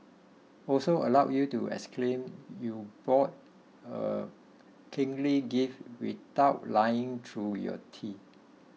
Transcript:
also allows you to exclaim you bought a kingly gift without lying through your teeth